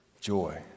joy